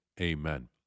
Amen